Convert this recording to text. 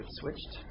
switched